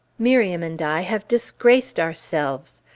miriam and i have disgraced ourselves!